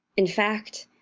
in fact,